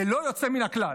ללא יוצא מן הכלל.